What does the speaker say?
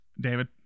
david